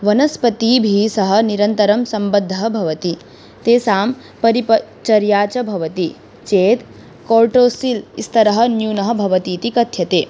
वनस्पतिभिः सह निरन्तरं सम्बद्धः भवति तेषां परिचर्या च भवति चेत् कोर्टोसिल् स्तरः न्यूनः भवतीति कथ्यते